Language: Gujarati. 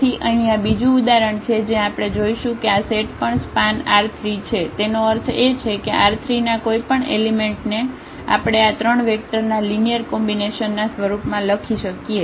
તેથી અહીં આ બીજું ઉદાહરણ છે જ્યાં આપણે જોશું કે આ સેટ પણ સ્પાન R3 છે તેનો અર્થ એ છે કે R3 ના કોઈપણ એલિમેન્ટ ને આપણે આ ત્રણ વેક્ટર ના લિનિયર કોમ્બિનેશનના સ્વરૂપમાં લખી શકીએ